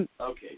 Okay